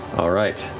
all right,